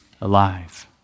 alive